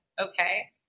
okay